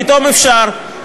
פתאום אפשר,